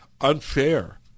unfair